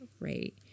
Right